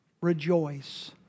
rejoice